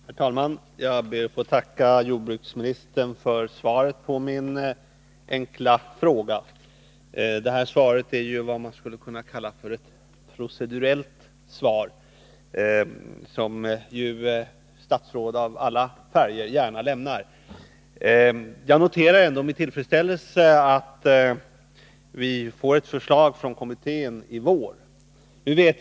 Herr talman! Jag ber att få tacka jordbruksministern för svaret på min fråga. Det var vad man skulle kunna kalla ett ”procedurellt” svar, som statsråd av alla politiska färger gärna lämnar. Jag noterar ändå med tillfredsställelse att vi kommer att få ett förslag från bilavgaskommittén under våren.